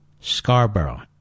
Scarborough